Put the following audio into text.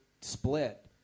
split